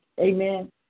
Amen